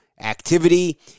activity